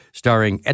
starring